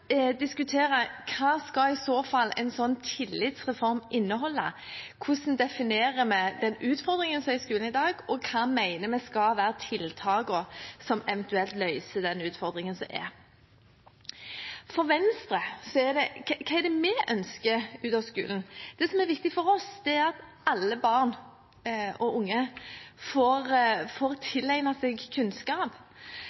diskutere: Hva skal i så fall en sånn tillitsreform inneholde? Hvordan definerer vi den utfordringen som er i skolen i dag, og hva mener vi skal være tiltakene som eventuelt løser denne utfordringen? Hva er det Venstre ønsker av skolen? Det som er viktig for oss, er at alle barn og unge får